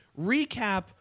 recap